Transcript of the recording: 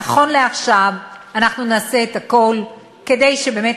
נכון לעכשיו, אנחנו נעשה את הכול כדי שבאמת